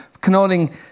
connoting